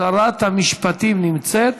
שרת המשפטים נמצאת?